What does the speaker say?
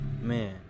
Man